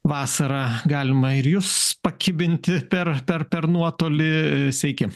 vasarą galima ir jus pakibinti per per per nuotolį sveiki